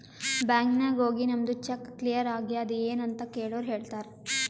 bank ನಾಗ್ ಹೋಗಿ ನಮ್ದು ಚೆಕ್ ಕ್ಲಿಯರ್ ಆಗ್ಯಾದ್ ಎನ್ ಅಂತ್ ಕೆಳುರ್ ಹೇಳ್ತಾರ್